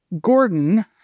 Gordon